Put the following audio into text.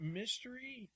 mystery